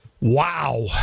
wow